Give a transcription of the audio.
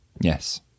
Yes